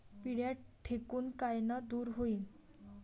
पिढ्या ढेकूण कायनं दूर होईन?